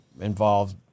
involved